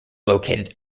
located